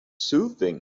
soothing